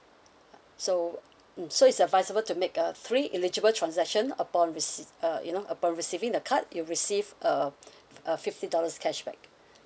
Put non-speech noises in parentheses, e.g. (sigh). (noise) so mm so is advisable to make a three eligible transaction upon rece~ uh you know upon receiving the card you'll receive a (breath) f~ uh fifty dollars cashback